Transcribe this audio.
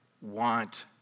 want